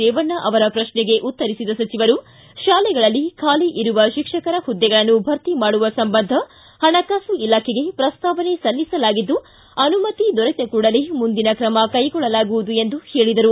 ರೇವಣ್ಣ ಅವರ ಪ್ರಶ್ನೆಗೆ ಉತ್ತರಿಸಿದ ಸಚಿವರು ಶಾಲೆಗಳಲ್ಲಿ ಬಾಲಿ ಇರುವ ಶಿಕ್ಷಕರ ಹುದ್ದೆಗಳನ್ನು ಭರ್ತಿ ಮಾಡುವ ಸಂಬಂಧ ಪಣಕಾಸು ಇಲಾಖೆಗೆ ಪ್ರಸ್ತಾವನೆ ಸಲ್ಲಿಸಲಾಗಿದ್ದು ಅನುಮತಿ ದೊರೆತ ಕೂಡಲೇ ಮುಂದಿನ ಕ್ರಮ ಕ್ಟೆಗೊಳ್ಳಲಾಗುವುದು ಎಂದು ಹೇಳಿದರು